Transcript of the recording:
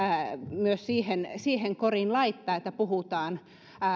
myös laittaa siihen koriin jossa puhutaan